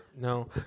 No